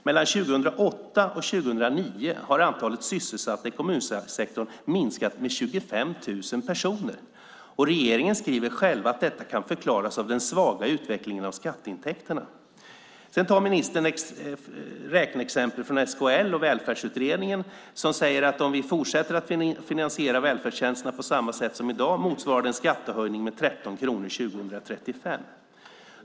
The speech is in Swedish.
Mellan 2008 och 2009 har antalet sysselsatta i kommunsektorn minskat med 25 000 personer, och regeringen skriver själva att detta kan förklaras av den svaga utvecklingen av skatteintäkterna. Sedan tar ministern räkneexempel från SKL och välfärdsutredningen som säger att det om vi fortsätter att finansiera välfärdstjänsterna på samma sätt som i dag motsvarar en skattehöjning med 13 kronor 2035.